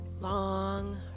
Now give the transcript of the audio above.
long